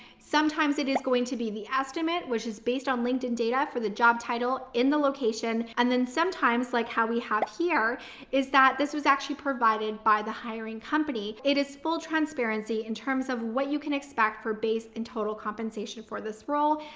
sometimes it is going to be the estimate, which is based on linkedin data for the job title in the location. and then sometimes like how we have here is that this was actually provided by the hiring company. it is full transparency in terms of what you can expect for base and total compensation for this role.